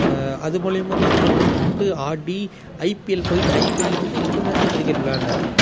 அது மூலியமாக தான் தேர்ந்தெடுக்கப்பட்டு ஆடி ஐபிஎல் போயிவிட்டு ஐபிஎல்லருந்து இன்டர்நேஷ்னல் கிரிக்கெட் விளாயாட்னாரு